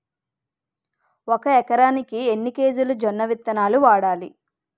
ఒక ఎకరానికి ఎన్ని కేజీలు జొన్నవిత్తనాలు వాడాలి?